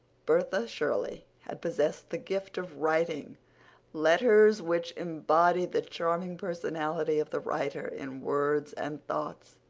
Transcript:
bertha shirley had possessed the gift of writing letters which embodied the charming personality of the writer in words and thoughts